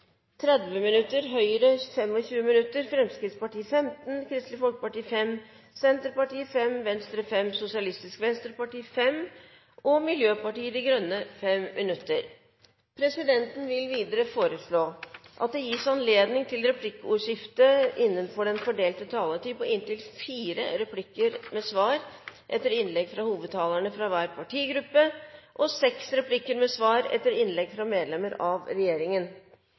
30 minutter, Høyre 25 minutter, Fremskrittspartiet 15 minutter, Kristelig Folkeparti 5 minutter, Senterpartiet 5 minutter, Venstre 5 minutter, Sosialistisk Venstreparti 5 minutter og Miljøpartiet De Grønne 5 minutter. Videre vil presidenten foreslå at det blir gitt anledning til replikkordskifte på inntil fire replikker med svar etter innlegg av hovedtalerne fra hver partigruppe og seks replikker med svar etter innlegg fra medlemmer av regjeringen